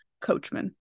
coachman